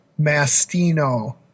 Mastino